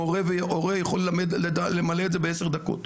מורה והורה יכול למלא את זה בעשר דקות,